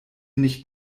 nicht